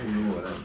ulu